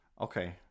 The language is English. Okay